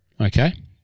Okay